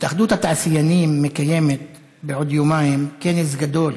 התאחדות התעשיינים מקיימת בעוד יומיים כנס גדול,